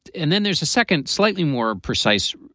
and then there's a second slightly more precise